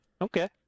okay